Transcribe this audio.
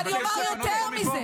לא,